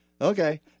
Okay